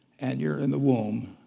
and you're in the womb,